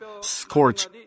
scorch